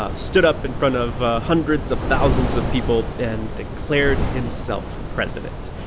ah stood up in front of hundreds of thousands of people and declared himself president.